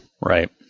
Right